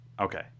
Okay